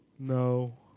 No